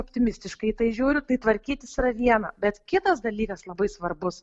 optimistiškai į tai žiūriu tai tvarkytis yra viena bet kitas dalykas labai svarbus